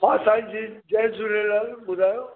हा साईं जी जय झूलेलाल ॿुधायो